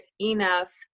enough